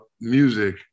music